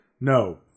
no